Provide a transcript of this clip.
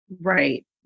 Right